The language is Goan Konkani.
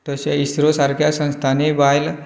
तशें इस्रो सारक्या संस्थानी बायल